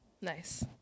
Nice